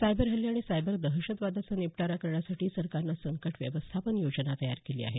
cyber हल्ले आणि cyber दहशतवादाचा निपटारा करण्यासाठी सरकारनं संकट व्यवस्थापन योजना तयार केली आहे